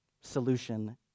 solution